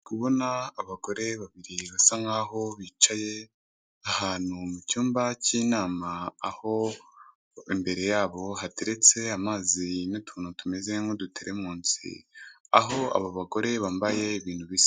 Ndikubona abagore babiri basa nk'aho bicaye ahantu mucyumba cy'inama, aho imbere yabo hateretse amazi n'utuntu tumeze nk'uduteremusi. Aho abo bagore bambaye ibintu bisa n'ubururu.